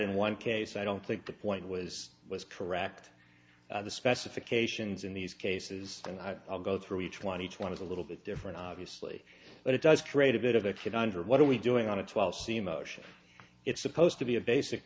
in one case i don't think the point was was correct the specifications in these cases and i'll go through each one each one is a little bit different obviously but it does create a bit of a kid under what are we doing on a twelve c motion it's supposed to be a basic